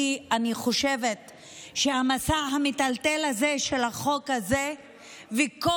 כי אני חושבת שהמסע המטלטל הזה של החוק הזה וכל